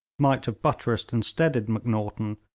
might have buttressed and steadied macnaghten,